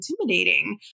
intimidating